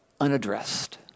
unaddressed